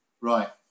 Right